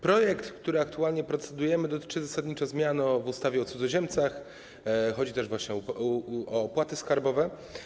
Projekt, nad którym aktualnie procedujemy, dotyczy zasadniczo zmiany w ustawie o cudzoziemcach, chodzi też o opłaty skarbowe.